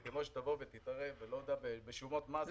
זה כמו שתבוא ותתערב בשומות מס.